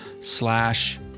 slash